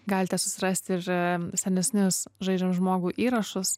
galite susirasti ir senesnius žaidžiam žmogų įrašus